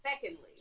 secondly